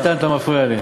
זה לא מקובל.